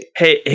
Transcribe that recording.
hey